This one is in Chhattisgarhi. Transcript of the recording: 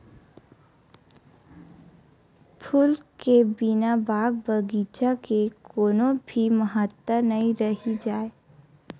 फूल के बिना बाग बगीचा के कोनो भी महत्ता नइ रहि जाए